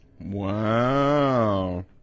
Wow